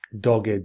dogged